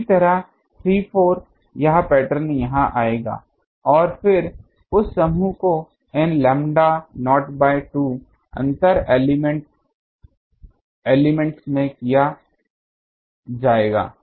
इसी तरह 3 4 यह पैटर्न यहां आएगा और फिर उस समूह को इन लैम्बडा नॉट बाय 2 अंतर एलिमेंट्स में किया जाएगा